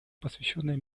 посвященной